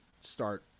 start